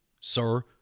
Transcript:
sir